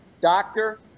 doctor